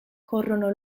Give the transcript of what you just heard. corrono